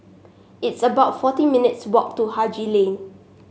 it's about forty minutes' walk to Haji Lane